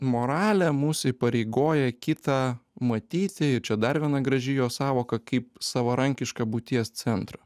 moralė mus įpareigoja kitą matyti ir čia dar viena graži jo sąvoka kaip savarankišką būties centrą